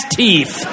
teeth